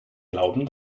glauben